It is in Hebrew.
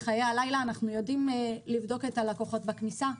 בחיי הלילה אנחנו יודעים לבדוק את הלקוחות בכניסה,